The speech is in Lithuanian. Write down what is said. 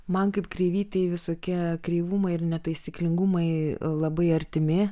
man kaip kreivytei visokie kreivumai ir netaisyklingumai labai artimi